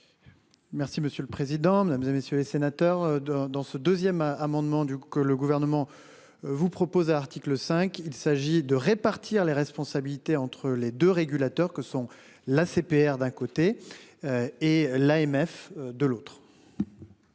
Merci monsieur le président, Mesdames, et messieurs les sénateurs dans dans ce 2ème amendement du que le gouvernement. Vous propose un article 5 il s'agit de répartir les responsabilités entre les 2 régulateurs que sont l'ACPR d'un côté. Et l'AMF. De l'autre.--